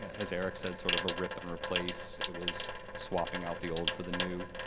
as eric said, sort of a rip and replace. it was swapping out the old for the new.